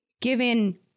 given